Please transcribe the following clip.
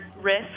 risk